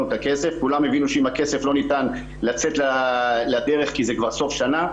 כולם הבינו שעם הכסף לא ניתן לצאת לדרך כי זה כבר סוף שנה,